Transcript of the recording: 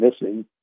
missing